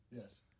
Yes